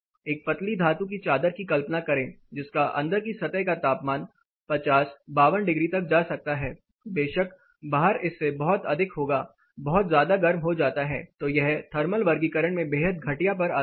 एक पतली धातु की चादर की कल्पना करें जिसका अंदर की सतह का तापमान 50 52 डिग्री तक जा सकता है बेशक बाहर इससे बहुत अधिक होगा बहुत ज्यादा गर्म हो जाता है तो यह थर्मल वर्गीकरण में बेहद घटिया पर आता है